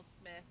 Smith